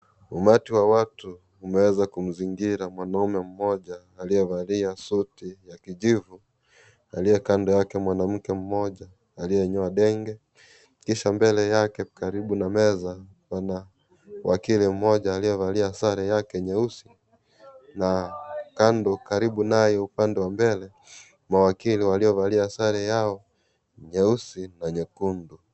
Umati wa watu umeeza kumzingira mwanaume mmoja aliyevalia suti ya kijivu, aliye kando yake mwanamke mmoja aliyenyoa denge kisha mbele yake karibu na meza pana wakili mmoja aliyevalia sare yake nyeusi na kando karibu nayo upande wa mbele mawakili waliovalia sare yao nyeusi na nyekundu.